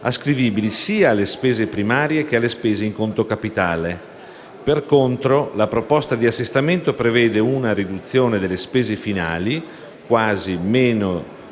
ascrivibili sia alle spese primarie che alle spese in conto capitale. Per contro, la proposta di assestamento prevede una riduzione delle spese finali (quasi -2,1